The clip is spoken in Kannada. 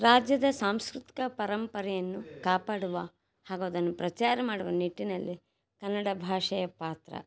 ರಾಜ್ಯದ ಸಾಂಸ್ಕೃತಿಕ ಪರಂಪರೆಯನ್ನು ಕಾಪಾಡುವ ಹಾಗೂ ಅದನ್ನು ಪ್ರಚಾರ ಮಾಡುವ ನಿಟ್ಟಿನಲ್ಲಿ ಕನ್ನಡ ಭಾಷೆಯ ಪಾತ್ರ